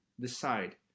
decide